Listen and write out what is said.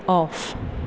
off